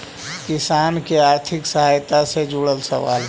किसान के आर्थिक सहायता से जुड़ल सवाल?